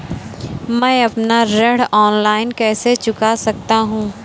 मैं अपना ऋण ऑनलाइन कैसे चुका सकता हूँ?